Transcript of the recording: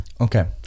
Okay